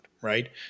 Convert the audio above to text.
Right